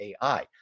AI